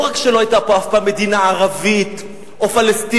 לא רק שלא היתה פה אף פעם מדינה ערבית או פלסטינית,